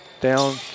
down